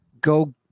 go